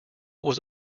was